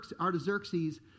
Artaxerxes